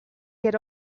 had